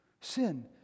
Sin